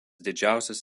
didžiausias